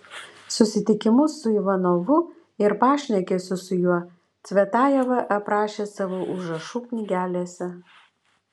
susitikimus su ivanovu ir pašnekesius su juo cvetajeva aprašė savo užrašų knygelėse